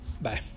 bye